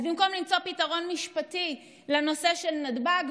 אז במקום למצוא פתרון משפטי לנושא של נתב"ג,